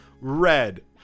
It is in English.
Red